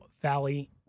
Valley